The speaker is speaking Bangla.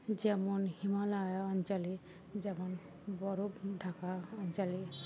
যেমন হিমালয় অঞ্চলে যেমন বরফ ঢাকা অঞ্চল